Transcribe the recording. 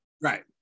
Right